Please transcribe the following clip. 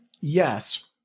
Yes